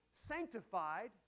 sanctified